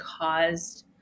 caused